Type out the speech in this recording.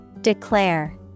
Declare